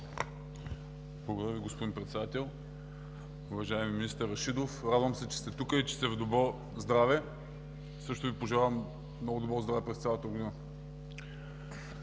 Благодаря Ви, господин Председател. Уважаеми министър Рашидов, радвам се, че сте тук и че сте в добро здраве. Също Ви пожелавам много добро здраве през цялата година!